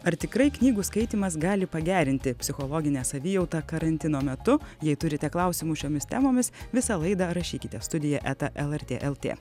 ar tikrai knygų skaitymas gali pagerinti psichologinę savijautą karantino metu jei turite klausimų šiomis temomis visą laidą rašykite studija eta lrt lt